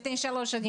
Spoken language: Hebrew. לפני שלוש שנים,